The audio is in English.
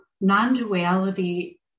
non-duality